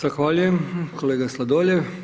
Zahvaljujem kolega Sladoljev.